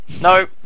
No